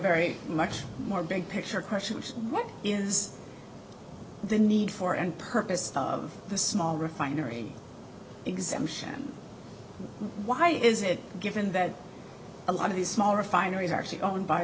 very much more big picture question of what is the need for and purpose of the small refinery exemption why is it given that a lot of these small refineries are actually owned by